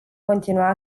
continua